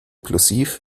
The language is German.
plosiv